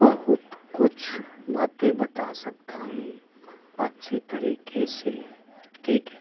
बहुत कुछ बातें बता सकता हूँ अच्छी तरीके से ठीक है